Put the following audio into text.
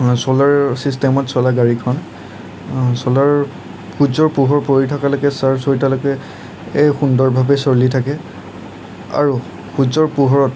চ'লাৰ চিষ্টেমত চলা গাড়ীখন চ'লাৰ সূৰ্যৰ পোহৰ পৰি থকালৈকে চাৰ্জ হৈ উঠালৈকে এই সুন্দৰভাৱে চলি থাকে আৰু সূৰ্যৰ পোহৰত